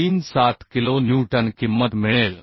37 kilonewton किंमत मिळेल